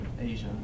Asia